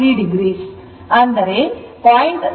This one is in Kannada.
So 0